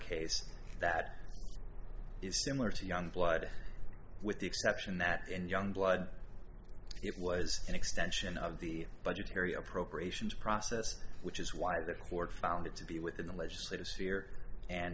case that is similar to young blood with the exception that in young blood it was an extension of the budgetary appropriations process which is why the court found it to be within the legislat